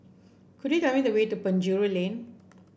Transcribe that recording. could you tell me the way to Penjuru Lane